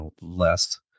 less